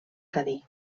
cadí